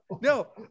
No